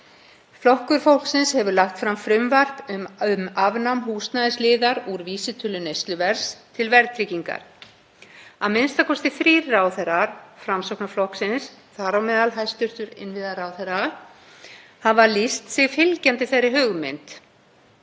Flokkur fólksins hefur lagt fram frumvarp um afnám húsnæðisliðar úr vísitölu neysluverðs til verðtryggingar og a.m.k. þrír ráðherrar Framsóknarflokksins, þar á meðal hæstv. innviðaráðherra, hafa lýst sig fylgjandi þeirri hugmynd.